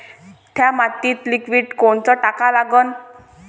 थ्या मातीत लिक्विड कोनचं टाका लागन?